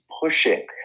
pushing